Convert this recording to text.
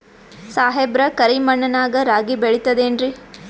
ಸಾಹೇಬ್ರ, ಕರಿ ಮಣ್ ನಾಗ ರಾಗಿ ಬೆಳಿತದೇನ್ರಿ?